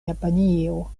japanio